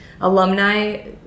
alumni